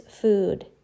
food